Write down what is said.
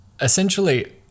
essentially